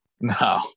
no